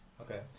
okay